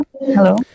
Hello